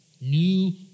New